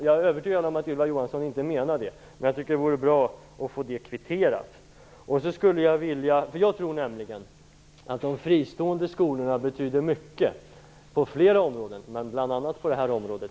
Jag är övertygad om att Ylva Johansson inte menade det, men det vore bra att få det kvitterat. Jag tror nämligen att de fristående skolorna betyder mycket på flera områden, bl.a. på det här området.